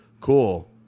cool